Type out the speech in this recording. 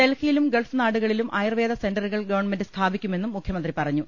ഡൽഹി യിലും ഗൾഫ് നാടുകളിലും ആയുർവേദ സെന്ററുകൾ ഗവൺമെന്റ് സ്ഥാ പിക്കുമെന്നും മുഖ്യമന്ത്രി പറഞ്ഞു